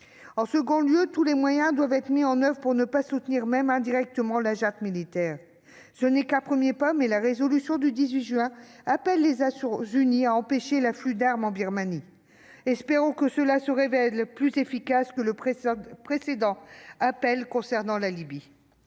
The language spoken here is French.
En deuxième lieu, tous les moyens doivent être mis en oeuvre pour éviter de soutenir, même indirectement, la junte militaire. Ce n'est qu'un premier pas, mais la résolution du 18 juin dernier appelle les Nations unies à empêcher l'afflux d'armes en Birmanie. Espérons que cela se révèle plus efficace que le précédent appel concernant la Libye